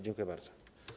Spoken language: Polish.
Dziękuję bardzo.